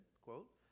quote